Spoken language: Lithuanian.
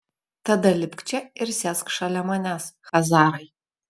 tada lipk čia ir sėsk šalia manęs chazarai